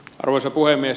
arvoisa puhemies